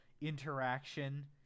interaction